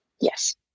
Yes